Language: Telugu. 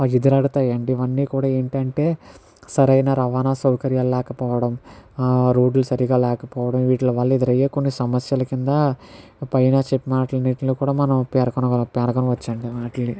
ఎదురు పడుతాయి అండి ఇవన్నీ కూడా ఏమిటంటే సరైన రవాణా సౌకర్యాలు లేకపోవడం రోడ్లు సరిగా లేకపోవడం వీట్లవల్ల ఎదురయ్యే కొన్ని సమస్యల కింద పైన చెప్పిన మాటలన్నిటిని కూడా మనం పేర్కొన్న పేరుకొనవచ్చు అండి వాటిని